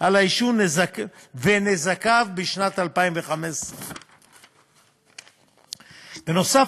על העישון ונזקיו בשנת 2015. בנוסף,